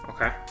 Okay